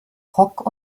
rock